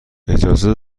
اجازه